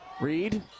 Reed